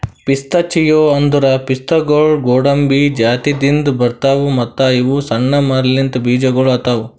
pistachio ಅಂದುರ್ ಪಿಸ್ತಾಗೊಳ್ ಗೋಡಂಬಿ ಜಾತಿದಿಂದ್ ಬರ್ತಾವ್ ಮತ್ತ ಇವು ಸಣ್ಣ ಮರಲಿಂತ್ ಬೀಜಗೊಳ್ ಆತವ್